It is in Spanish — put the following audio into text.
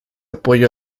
apoyo